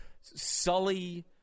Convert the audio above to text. sully